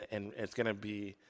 and and it's gonna be,